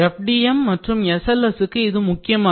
FDM மற்றும் SLSக்கு இது முக்கியமானது